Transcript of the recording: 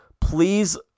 please